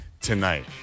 tonight